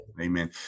Amen